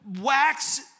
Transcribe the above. wax